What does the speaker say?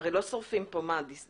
הרי לא שורפים פה דיסקים.